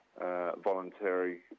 Voluntary